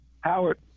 Howard